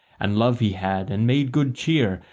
and love he had and made good cheer,